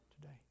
today